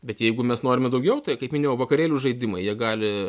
bet jeigu mes norime daugiau tai kaip minėjau vakarėlių žaidimai jie gali